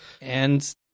and-